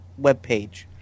webpage